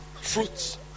Fruits